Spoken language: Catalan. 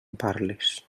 parles